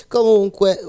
Comunque